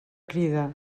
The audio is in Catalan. crida